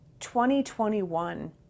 2021